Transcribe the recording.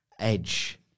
Edge